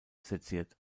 seziert